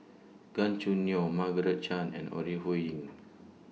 Gan Choo Neo Margaret Chan and Ore Huiying